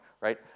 Right